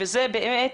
שאמרת,